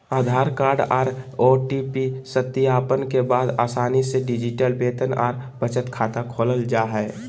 आधार card आर OTP सत्यापन के बाद आसानी से डिजिटल वेतन आर बचत खाता खोलल जा हय